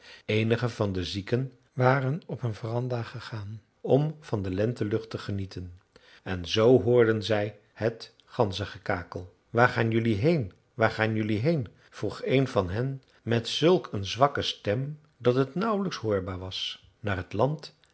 eenige van de zieken waren op een veranda gegaan om van de lentelucht te genieten en zoo hoorden zij het ganzengekakel waar ga jelui heen waar ga jelui heen vroeg een van hen met zulk een zwakke stem dat het nauwlijks hoorbaar was naar het land